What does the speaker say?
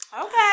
Okay